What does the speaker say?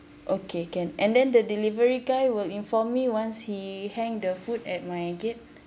okay can and then the delivery guy will inform me once he hang the food at my gate